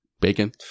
bacon